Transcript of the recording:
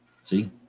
see